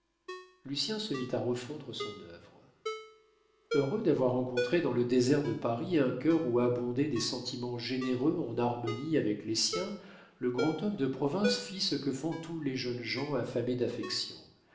lucien se mit à refondre son œuvre heureux d'avoir rencontré dans le désert de paris un cœur où abondaient des sentiments généreux en harmonie avec les siens le grand homme de province fit ce que font tous les jeunes gens affamés d'affection